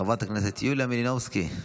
חברת הכנסת יוליה מלינובסקי,